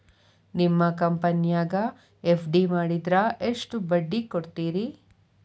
ನಿಮ್ಮ ಕಂಪನ್ಯಾಗ ಎಫ್.ಡಿ ಮಾಡಿದ್ರ ಎಷ್ಟು ಬಡ್ಡಿ ಕೊಡ್ತೇರಿ?